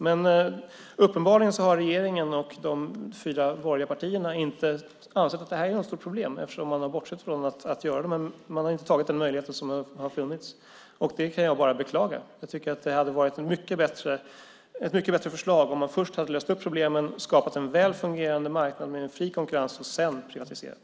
Men uppenbarligen har regeringen och de fyra borgerliga partierna inte ansett att det här är något stort problem eftersom man inte har använt den möjlighet som har funnits. Det kan jag bara beklaga. Jag tycker att det hade varit ett mycket bättre förslag om man först hade löst upp problemen, skapat en väl fungerande marknad med fri konkurrens och sedan privatiserat.